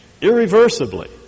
irreversibly